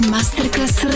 Masterclass